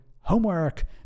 homework